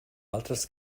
altres